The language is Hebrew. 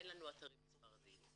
אין לנו אתרים בספרדית.